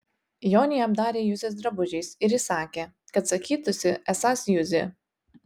jonį apdarė juzės drabužiais ir įsakė kad sakytųsi esąs juzė